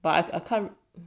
but I can't